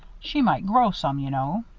she might grow some, you know.